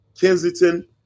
Kensington